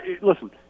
Listen